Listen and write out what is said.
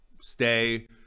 stay